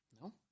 No